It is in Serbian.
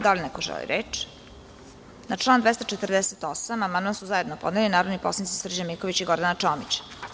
Da li neko želi reč? (Ne) Na član 248. amandman su zajedno podneli narodni poslanici Srđan Miković i Gordana Čomić.